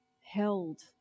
held